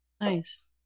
Nice